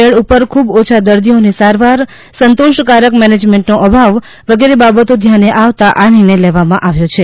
bed ઉપર ખુબ ઓછા દર્દીઓને સારવાર સંતોષકારક મેનેજમેન્ટનો અભાવ વગેરે બાબતો ધ્યાને આવતા આ નિર્ણય લેવામાં આવ્યો છે